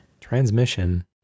Transmission